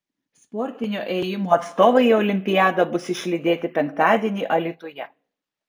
sportinio ėjimo atstovai į olimpiadą bus išlydėti penktadienį alytuje